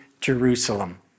Jerusalem